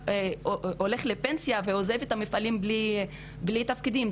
יוצאים לפנסיה ועוזבים את המפעלים בלי תפקידים.